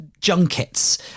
junkets